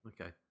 Okay